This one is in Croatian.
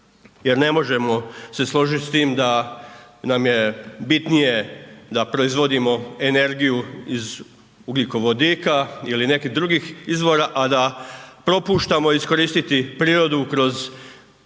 Jer ne možemo se složiti sa time da nam je bitnije da proizvodimo energiju iz ugljikovodika ili nekih drugih izvora a da propuštamo iskoristiti prirodu kroz